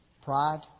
pride